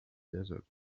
desert